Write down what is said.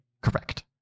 Correct